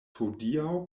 hodiaŭ